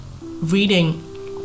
reading